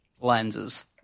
lenses